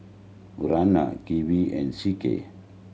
Urana Kiwi and C K